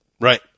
right